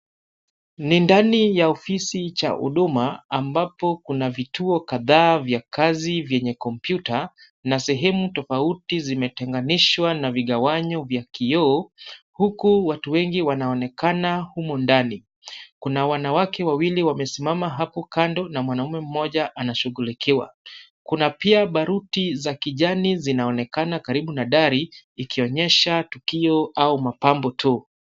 Ni ndani ya ofisi cha Huduma ambapo kuna vituo kadhaa vya kazi vyenye computer na sehemu tofauti zimetenganishwa na vigawanyo vya kioo huku watu wengi wanaonekana humo ndani. Kuna wanawake wawili wamesimama hapo kando na mwanaume mmoja anashughulikiwa. Kuna pia baruti za kijani zinaonekana karibu na dari, ikionyesha tukio au mapambo tu.